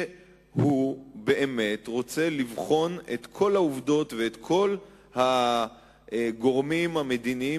שהוא באמת רוצה לבחון את כל העובדות ואת כל הגורמים המדיניים